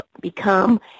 become